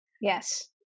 Yes